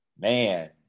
Man